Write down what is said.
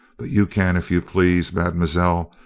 but you can, if you please, mademoiselle,